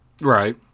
Right